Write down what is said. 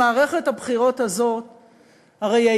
הרי במערכת הבחירות הזאת איל,